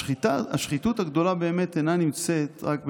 השחיתות הגדולה באמת אינה נמצאת" רק,